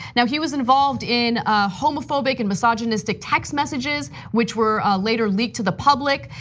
now, he was involved in homophobic and misogynistic text messages which were ah later leaked to the public.